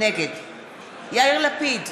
נגד יאיר לפיד,